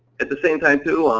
at the same time too,